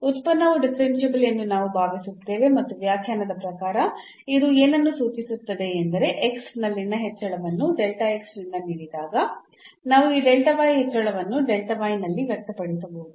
ಉತ್ಪನ್ನವು ಡಿಫರೆನ್ಸಿಬಲ್ ಎಂದು ನಾವು ಭಾವಿಸುತ್ತೇವೆ ಮತ್ತು ವ್ಯಾಖ್ಯಾನದ ಪ್ರಕಾರ ಇದು ಏನನ್ನು ಸೂಚಿಸುತ್ತದೆ ಎಂದರೆ ನಲ್ಲಿನ ಹೆಚ್ಚಳವನ್ನು ನಿಂದ ನೀಡಿದಾಗ ನಾವು ಈ ಹೆಚ್ಚಳವನ್ನು ನಲ್ಲಿ ವ್ಯಕ್ತಪಡಿಸಬಹುದು